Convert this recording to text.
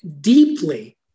deeply